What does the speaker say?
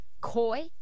coy